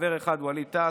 חבר אחד: ווליד טאהא,